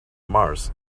mars